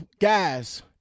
guys